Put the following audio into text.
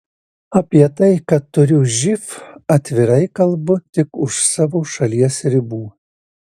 apie tai kad turiu živ atvirai kalbu tik už savo šalies ribų